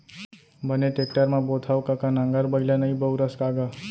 बने टेक्टर म बोथँव कका नांगर बइला नइ बउरस का गा?